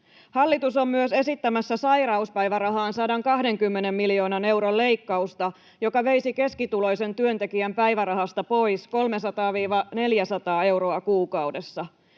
Hallitus on myös esittämässä sairauspäivärahaan 120 miljoonan euron leikkausta, joka veisi keskituloisen työntekijän päivärahasta pois 300—400 euroa kuukaudessa.